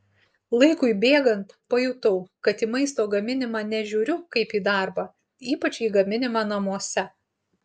laikui bėgant pajutau kad į maisto gaminimą nežiūriu kaip į darbą ypač į gaminimą namuose